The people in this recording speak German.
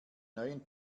neuen